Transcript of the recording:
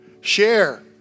share